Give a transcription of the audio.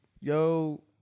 yo